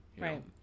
Right